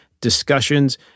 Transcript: discussions